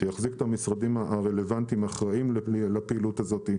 שיחזיק את המשרדים הרלוונטיים האחראים לפעילות הזאת.